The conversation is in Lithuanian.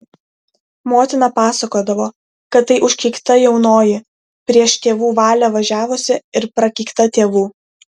motina pasakodavo kad tai užkeikta jaunoji prieš tėvų valią važiavusi ir prakeikta tėvų